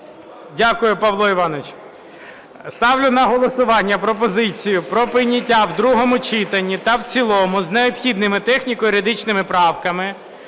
Дякую, Павло Іванович. Ставлю на голосування пропозицію про прийняття в другому читанні та в цілому з необхідними техніко-юридичними правками